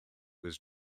was